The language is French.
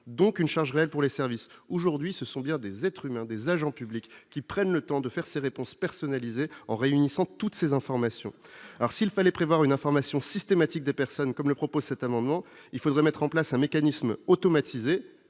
donc une charge réelle pour les services aujourd'hui, ce sont bien des être s'humains, des agents publics qu'ils prennent le temps de faire ses réponses personnalisées en réunissant toutes ces informations, alors s'il fallait prévoir une information systématique des personnes comme le propose cet amendement, il faudrait mettre en place un mécanisme automatisé